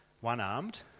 one-armed